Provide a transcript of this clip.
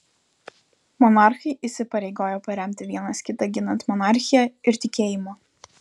monarchai įsipareigojo paremti vienas kitą ginant monarchiją ir tikėjimą